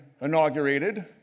inaugurated